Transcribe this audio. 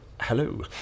Hello